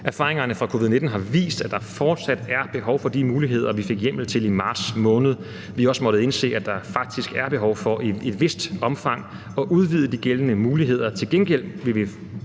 Erfaringerne fra covid-19 har vist, at der fortsat er behov for at have de muligheder, som vi fik hjemmel til i marts måned. Vi har også måttet indse, at der faktisk er behov for i et vist omfang at udvide de gældende muligheder.